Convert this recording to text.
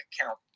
account